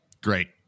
Great